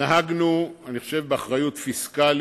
נהגנו, אני חושב, באחריות פיסקלית,